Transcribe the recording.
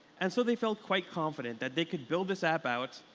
and so they felt quite confident that they could build this app out,